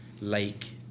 lake